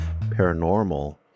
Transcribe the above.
paranormal